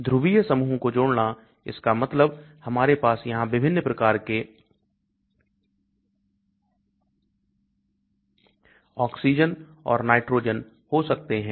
ध्रुवीय समूहों को जोड़ना इसका मतलब हमारे पास यहां विभिन्न प्रकार के ऑक्सीजन और नाइट्रोजन हो सकते हैं